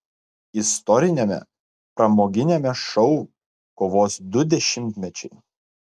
istoriniame pramoginiame šou kovos du dešimtmečiai